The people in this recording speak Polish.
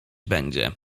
będzie